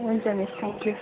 हुन्छ miss thank you